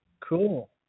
Cool